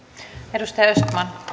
arvoisa